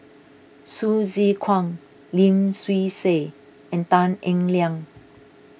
Hsu Tse Kwang Lim Swee Say and Tan Eng Liang